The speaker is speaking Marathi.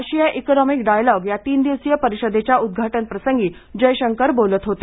आशिया इकोनॉमिक डायलॉग या तीन दिवसीय परिषदेच्या उद्घाटनप्रसंगी जय्रशंकर बोलत होते